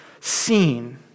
seen